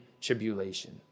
tribulation